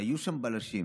שהיו שם בלשים.